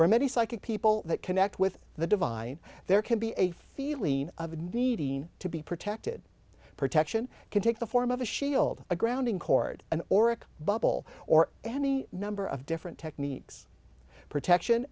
many psychic people that connect with the divine there can be a feeling of needing to be protected protection can take the form of a shield a grounding cord an oric bubble or any number of different techniques protection